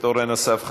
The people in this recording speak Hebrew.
אורן אסף חזן,